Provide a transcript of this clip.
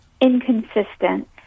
inconsistent